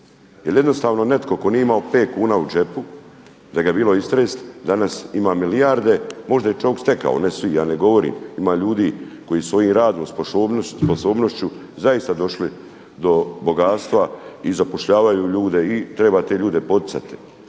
jer jednostavno netko tko nije imao pet kuna u džepu da ga je bilo istrest danas ima milijarde. Možda je čovjek stekao, ne svi, ja ne govorim. Ima ljudi koji svojim radom, sposobnošću zaista došli do bogatstva i zapošljavaju ljude i treba te ljude poticati.